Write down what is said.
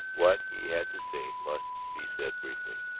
what he had to say must be said briefly.